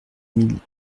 mille